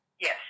Yes